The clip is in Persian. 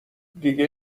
دیگه